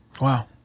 Wow